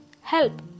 help